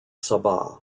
sabah